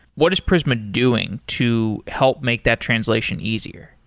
what is prisma doing to help make that translation easier?